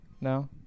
No